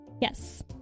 Yes